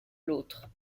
l’autre